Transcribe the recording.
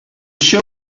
show